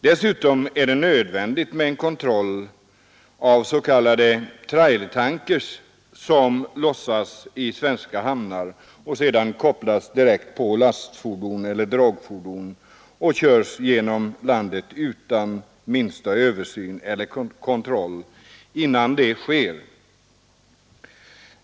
Dessutom är det nödvändigt med kontroll av s.k. trailertankers som lossas i svenska hamnar och kopplas till lastfordon och sedan körs genom landet utan minsta översyn eller kontroll innan detta sker.